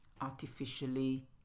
artificially